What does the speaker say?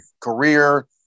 career